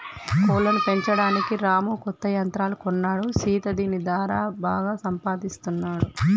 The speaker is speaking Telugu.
కోళ్లను పెంచడానికి రాము కొత్త యంత్రాలు కొన్నాడు సీత దీని దారా బాగా సంపాదిస్తున్నాడు